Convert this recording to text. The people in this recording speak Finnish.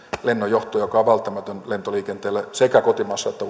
lennonjohto joka on välttämätön lentoliikenteelle sekä kotimaassa että